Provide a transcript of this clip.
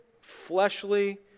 fleshly